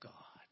God